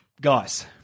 guys